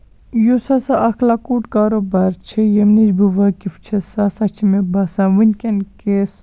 یُس ہسا اکھ لۄکُٹ کاروبار چھُ ییٚمہِ نِش بہٕ وٲقف چھَس سُہ سا چھُ مےٚ باسان ؤنکیٚن کِس